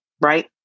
Right